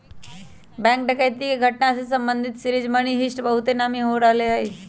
bank डकैती के घटना से संबंधित सीरीज मनी हीस्ट बहुते नामी हो रहल हइ